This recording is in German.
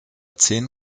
zehn